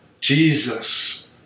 Jesus